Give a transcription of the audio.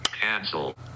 Cancel